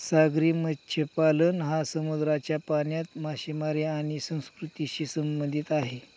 सागरी मत्स्यपालन हा समुद्राच्या पाण्यात मासेमारी आणि संस्कृतीशी संबंधित आहे